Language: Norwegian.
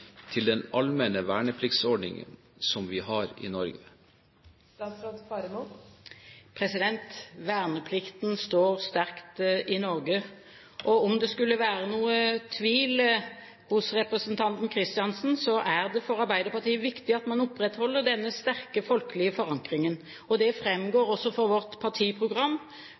til den allmenne vernepliktsordning som vi har i Norge?» Verneplikten står sterkt i Norge. Om det skulle være noen tvil hos representanten Kristiansen, så er det for Arbeiderpartiet viktig at man opprettholder denne sterke folkelige forankringen. Det framgår også av vårt partiprogram